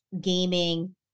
gaming